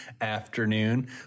afternoon